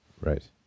Right